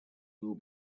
will